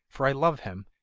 for i love him.